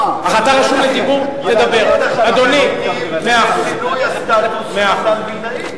אנחנו מתעניינים בשינוי הסטטוס של מתן וילנאי.